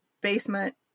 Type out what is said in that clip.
basement